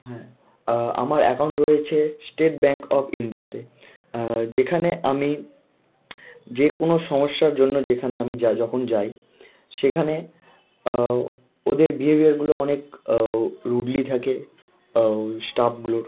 হ্যাঁ আমার অ্যাকাউন্ট রয়েছে স্টেট ব্যাঙ্ক অফ ইন্ডিয়াতে যেখানে আমি যে কোনো সমস্যার জন্য যেখানে আমি যাই যখন যাই সেখানে ওদের বিহেভিয়ারগুলো অনেক রুডলি থাকে স্টাফগুলোর